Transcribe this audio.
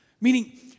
Meaning